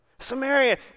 Samaria